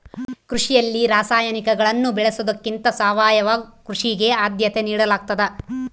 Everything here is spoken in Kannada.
ಕೃಷಿಯಲ್ಲಿ ರಾಸಾಯನಿಕಗಳನ್ನು ಬಳಸೊದಕ್ಕಿಂತ ಸಾವಯವ ಕೃಷಿಗೆ ಆದ್ಯತೆ ನೇಡಲಾಗ್ತದ